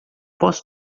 posso